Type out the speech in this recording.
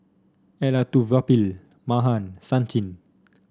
Elattuvalapil Mahan Sachin